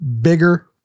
bigger